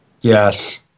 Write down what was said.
Yes